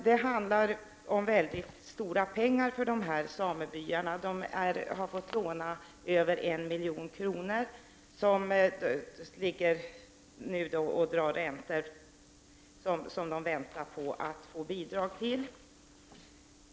Det handlar nämligen om väldigt stora pengar för dessa samebyar; de har fått låna över 1 milj.kr. som nu ligger och drar räntor och som de väntar på att få bidrag till.